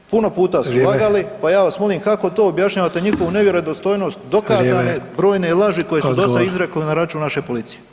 Puno puta su lagali, pa ja vas molim kako to objašnjavate njihovu nevjerodostojnost dokazane brojne laži koje su dosad izrekli na račun naše policije?